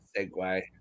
segue